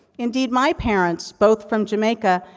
indeed, my parents, both from jamaica,